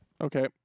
Okay